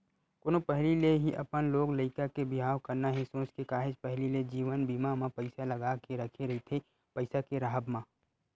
कोनो पहिली ले ही अपन लोग लइका के बिहाव करना हे सोच के काहेच पहिली ले जीवन बीमा म पइसा लगा के रखे रहिथे पइसा के राहब म